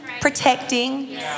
protecting